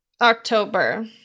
october